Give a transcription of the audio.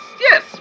yes